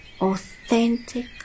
authentic